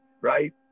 right